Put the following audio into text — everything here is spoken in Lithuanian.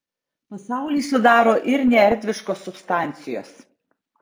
pasaulį sudaro ir neerdviškos substancijos